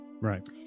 Right